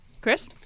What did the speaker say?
Chris